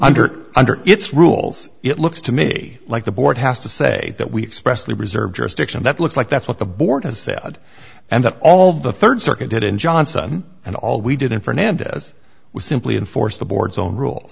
under under its rules it looks to me like the board has to say that we expressly reserve jurisdiction that looks like that's what the board has sad and that all the third circuit did in johnson and all we did in fernandez was simply enforce the board's own rule